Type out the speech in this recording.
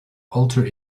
alter